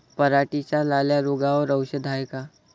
पराटीच्या लाल्या रोगावर औषध हाये का?